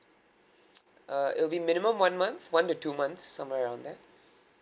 uh it'll be minimum one month one to two months somewhere around there